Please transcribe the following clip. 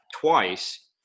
twice